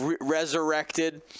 resurrected